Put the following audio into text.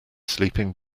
sleeping